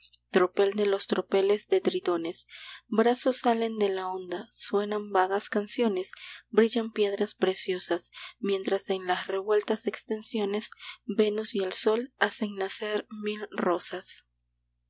tropel de los tropeles de tritones brazos salen de la onda suenan vagas canciones brillan piedras preciosas mientras en las revueltas extensiones venus y el sol hacen nacer mil rosas